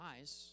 eyes